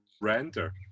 render